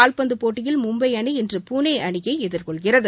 கால்பந்து போட்டியில் மும்பை அணி இன்று புனே அணியை எதிர்கொள்கிறது